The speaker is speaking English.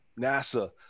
NASA